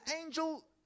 angel